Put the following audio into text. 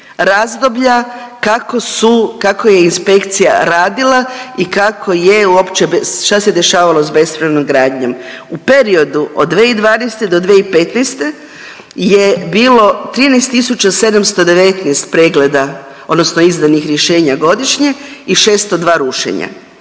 kako su, kako je inspekcija radila i kako je uopće, šta se dešavalo sa bespravnom gradnjom. U periodu od 2012. do 2015. je bilo 13719 pregleda odnosno izdanih rješenja godišnje i 602 rušenja.